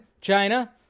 china